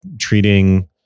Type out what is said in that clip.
treating